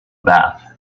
bath